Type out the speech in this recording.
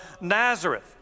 Nazareth